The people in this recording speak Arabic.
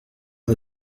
هذا